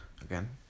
again